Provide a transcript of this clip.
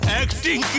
acting